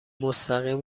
مستقیم